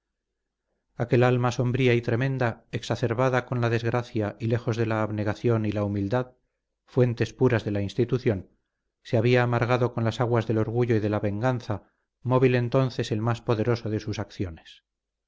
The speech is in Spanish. aquel alma sombría y tremenda exacerbada con la desgracia y lejos de la abnegación y la humildad fuentes puras de la institución se había amargado con las aguas del orgullo y de la venganza móvil entonces el más poderoso de sus acciones